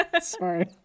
Sorry